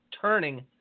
Turning